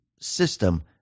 system